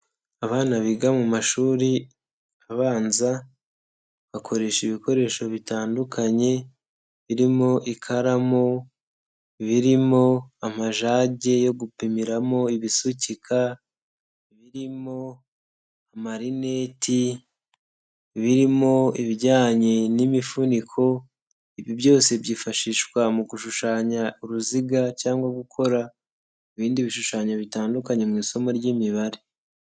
Abana biga mu mashuri abanza bakoresha ibikoresho bitandukanye birimo: ikaramu, birimo amajage yo gupimiramo ibisukika, birimo amarineti, birimo ibijyanye n'imifuniko, ibi byose byifashishwa mu gushushanya uruziga cyangwa gukora ibindi bishushanyo bitandukanye mu isomo ry'imibare.